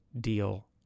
deal